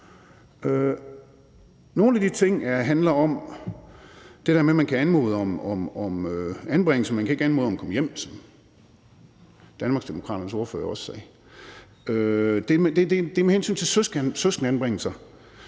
Nogle af de ting handler om det med, at man kan anmode om anbringelse, men at man ikke kan anmode om at komme hjem, som Danmarksdemokraternes ordfører sagde. Kl. 14:52 Der er det med søskendeanbringelser,